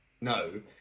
no